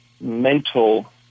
mental